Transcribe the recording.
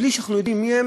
בלי שאנחנו יודעים מיהן,